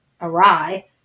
awry